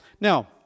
Now